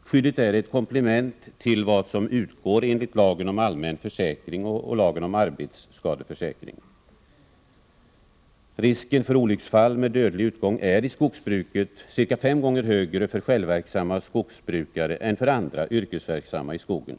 Skyddet är ett komplement till vad som utgår enligt lagen om allmän försäkring och lagen om arbetsskadeförsäkring. Risken för olycksfall med dödlig utgång är i skogsbruket cirka fem gånger högre för självverksamma skogsbrukare än för andra yrkesverksamma i skogen.